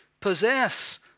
possess